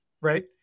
right